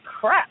crap